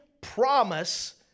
promise